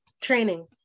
training